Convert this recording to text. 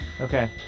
Okay